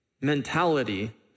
mentality